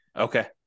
okay